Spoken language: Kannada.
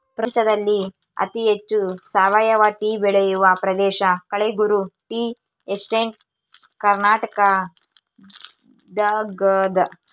ಪ್ರಪಂಚದಲ್ಲಿ ಅತಿ ಹೆಚ್ಚು ಸಾವಯವ ಟೀ ಬೆಳೆಯುವ ಪ್ರದೇಶ ಕಳೆಗುರು ಟೀ ಎಸ್ಟೇಟ್ ಕರ್ನಾಟಕದಾಗದ